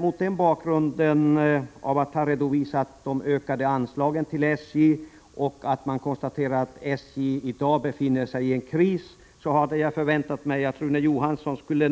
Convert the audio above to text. Mot bakgrund av att han redovisar de ökade anslagen till SJ och konstaterar att SJ befinner sig i 81 kris, hade jag väntat att Rune Johansson något skulle